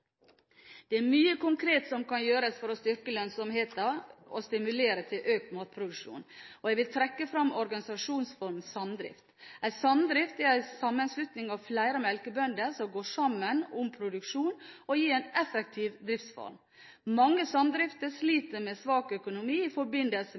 Det er mye konkret som kan gjøres for å styrke lønnsomheten og stimulere til økt matproduksjon. Jeg vil trekke frem organisasjonsformen «samdrift». En samdrift er en sammenslutning av flere melkebønder som går sammen om produksjon, og gir en effektiv driftsform. Mange samdrifter